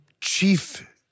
chief